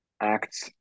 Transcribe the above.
acts